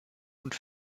und